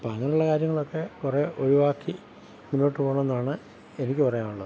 അപ്പം അങ്ങനെയുള്ള കാര്യങ്ങളൊക്കെ കുറേ ഒഴിവാക്കി മുന്നോട്ട് പോണം എന്നാണ് എനിക്ക് പറയാനുള്ളത്